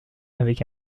avec